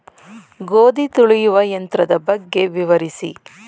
ಗೋಧಿ ತುಳಿಯುವ ಯಂತ್ರದ ಬಗ್ಗೆ ವಿವರಿಸಿ?